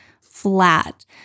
flat